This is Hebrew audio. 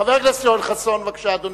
חבר הכנסת יואל חסון, בבקשה, אדוני.